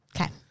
Okay